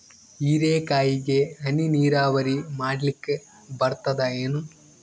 ಹೀರೆಕಾಯಿಗೆ ಹನಿ ನೀರಾವರಿ ಮಾಡ್ಲಿಕ್ ಬರ್ತದ ಏನು?